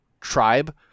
tribe